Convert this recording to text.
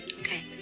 Okay